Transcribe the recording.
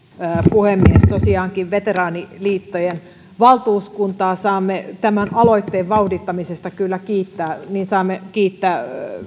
puhemies tosiaankin veteraaniliittojen valtuuskuntaa saamme tämän aloitteen vauhdittamisesta kyllä kiittää ja saamme kiittää